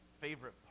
favorite